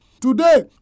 Today